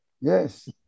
Yes